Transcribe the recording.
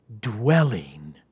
dwelling